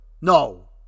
No